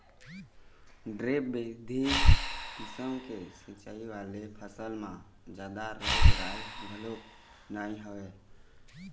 drip बिधि किसम के सिंचई वाले फसल म जादा रोग राई घलोक नइ होवय